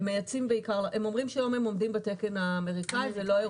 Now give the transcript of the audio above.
הם אומרים שהיום הם עומדים בתקן האמריקאי ולא האירופי.